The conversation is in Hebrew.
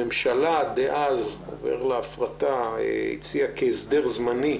הממשלה דאז הציעה כהסדר זמני